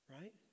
Right